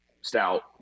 stout